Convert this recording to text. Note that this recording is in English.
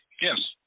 yes